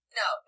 no